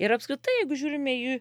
ir apskritai jeigu žiūrime į